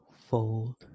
fold